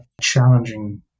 challenging